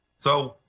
so,